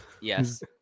Yes